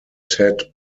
ted